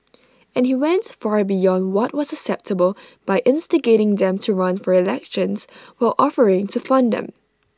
and he went far beyond what was acceptable by instigating them to run for elections while offering to fund them